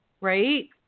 right